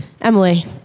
Emily